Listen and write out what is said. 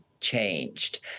changed